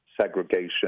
segregation